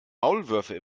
maulwürfe